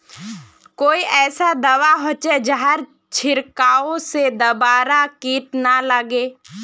कोई ऐसा दवा होचे जहार छीरकाओ से दोबारा किट ना लगे?